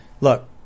Look